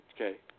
Okay